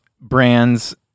brands